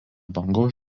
bangos